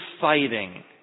fighting